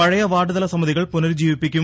പഴയ വാർഡുതല സമിതികൾ പുനരുജ്ജീവിപ്പിക്കും